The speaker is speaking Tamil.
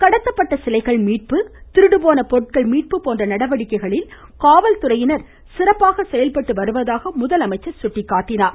கடத்தப்பட்ட சிலைகள் மீட்பு திருடு போன பொருட்கள் மீட்பு போன்ற நடவடிக்கைகளில் காவல் துறையினர் சிறப்பாக செயல்பட்டு வருவதாக அவர் சுட்டிக்காட்டினார்